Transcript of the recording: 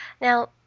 Now